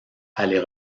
aller